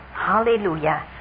hallelujah